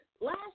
Last